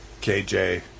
KJ